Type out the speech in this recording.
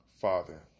father